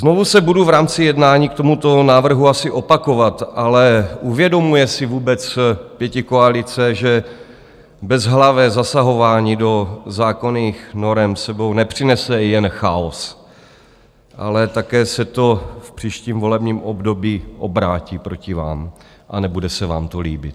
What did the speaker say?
Znovu se budu v rámci jednání k tomuto návrhu asi opakovat, ale uvědomuje si vůbec pětikoalice, že bezhlavé zasahování do zákonných norem s sebou nepřinese jen chaos, ale také se to v příštím volebním období obrátí proti vám a nebude se vám to líbit?